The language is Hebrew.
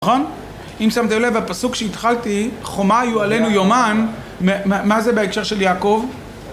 נכון אם שמתם לב הפסוק שהתחלתי, חומה יהיו עלינו יומם, מה זה בהקשר של יעקב